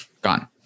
Gone